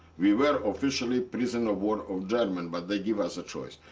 we were officially prison of war of german, but they give us a choice.